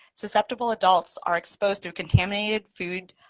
susceptible adults are exposed through contaminated food,